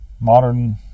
Modern